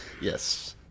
Yes